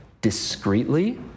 discreetly